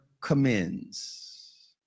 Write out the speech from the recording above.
commends